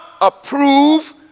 approve